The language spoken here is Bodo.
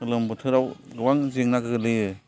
गोलोम बोथोराव गोबां जेंना गोलैयो